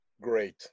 Great